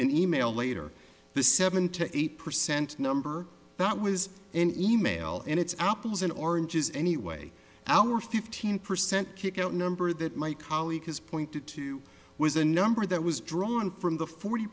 in email later the seventy eight percent number that was an e mail and it's apples and oranges anyway our fifteen percent kick out number that my colleague has pointed to was a number that was drawn from the forty